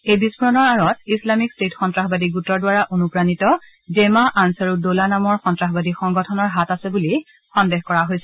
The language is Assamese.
এই বিস্ফোৰণৰ আৰত ইছলামিক ট্টেট সন্তাসবাদী গোটৰ দ্বাৰা অনুপ্ৰাণিত জেমা অনচাৰুট দৌলা নামৰ সন্তাসবাদী সংগঠনৰ হাত আছে বুলি সন্দেহ কৰা হৈছে